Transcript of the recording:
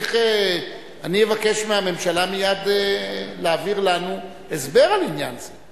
אני אבקש מהממשלה מייד להעביר לנו הסבר של עניין זה.